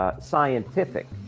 Scientific